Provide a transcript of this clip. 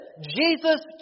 Jesus